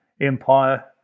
empire